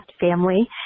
family